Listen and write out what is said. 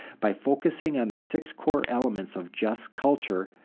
by focusing on the six core elements of just culture,